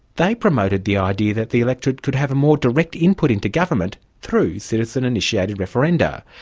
they promoted the idea that the electorate could have a more direct input into government through citizen-initiated referenda.